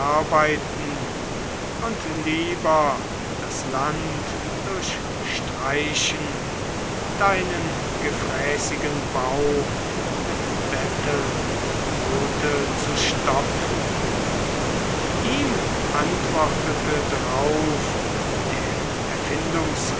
und lieber das land durchstreichen deinen gefräßigen bauch mit bettelbrote zu stopfen ihm antwortete drauf der